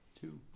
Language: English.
two